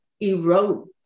erode